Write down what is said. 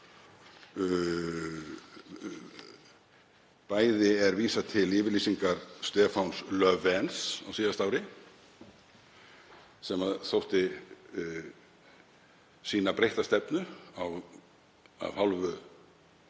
Bæði er vísað til yfirlýsingar Stefáns Löfvens á síðasta ári sem þótti sýna breytta stefnu af hálfu